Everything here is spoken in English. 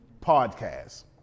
Podcast